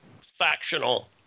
factional